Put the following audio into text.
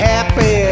happy